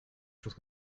chose